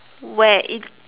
where it